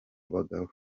bagabo